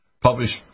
published